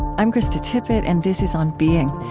i'm krista tippett and this is on being.